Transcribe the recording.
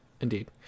Indeed